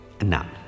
none